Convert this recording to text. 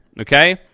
okay